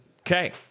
Okay